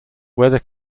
weather